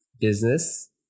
business